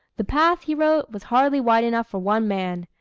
the path, he wrote, was hardly wide enough for one man.